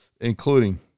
including